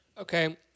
Okay